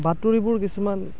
বাতৰিবোৰ কিছুমান